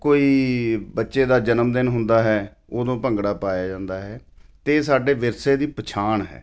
ਕੋਈ ਬੱਚੇ ਦਾ ਜਨਮਦਿਨ ਹੁੰਦਾ ਹੈ ਉਦੋਂ ਭੰਗੜਾ ਪਾਇਆ ਜਾਂਦਾ ਹੈ ਅਤੇ ਸਾਡੇ ਵਿਰਸੇ ਦੀ ਪਛਾਣ ਹੈ